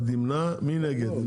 מי נגד?